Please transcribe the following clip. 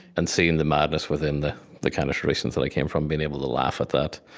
and seeing the madness within the the kind of traditions that i came from, being able to laugh at that,